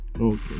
Okay